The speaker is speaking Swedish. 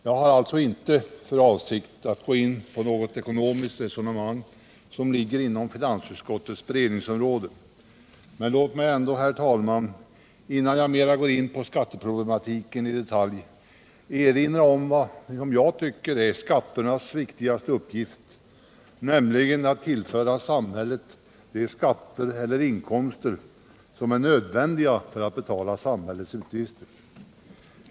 Jag har alltså inte för avsikt att gå in på något ekonomiskt resonemang som ligger inom finansutskottets beredningsområde. Men låt mig ändå, herr talman, innan jag mera går in på skatteproblematiken i detalj, erinra om vad jag tycker är skatternas viktigaste uppgift, nämligen att tillföra samhället de skatter eller inkomster som är nödvändiga för att betala samhällets utgifter.